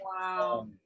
Wow